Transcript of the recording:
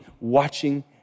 watching